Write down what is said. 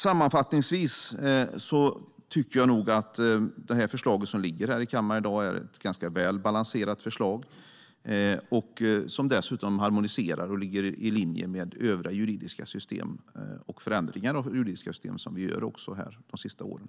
Sammanfattningsvis tycker jag att förslaget som läggs fram i kammaren i dag är ett ganska väl balanserat förslag. Det harmonierar med och ligger i linje med övriga juridiska system och förändringar av juridiska system som vi gjort här de senaste åren.